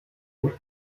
cool